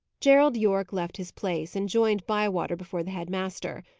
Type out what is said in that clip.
gerald yorke left his place, and joined bywater before the head master.